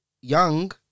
young